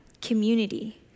community